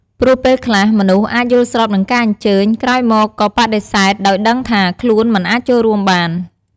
ព្រោះពេលខ្លះ មនុស្សអាចយល់ស្របនឹងការអញ្ជើញ ក្រោយមកក៏បដិសេធដោយដឹងថាខ្លួនមិនអាចចូលរួមបាន។